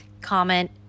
comment